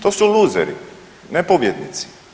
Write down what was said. To su luzeri, ne pobjednici.